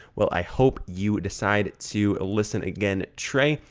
well, i hope you decided to listen again, trey,